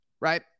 right